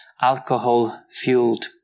alcohol-fueled